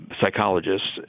psychologists